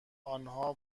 انها